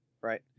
right